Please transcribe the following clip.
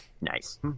Nice